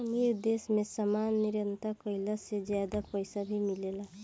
अमीर देश मे सामान निर्यात कईला से ज्यादा पईसा भी मिलेला